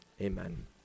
Amen